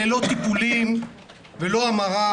אלה לא טיפולים ולא המרה.